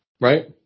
Right